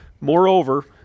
Moreover